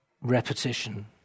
repetition